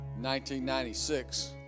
1996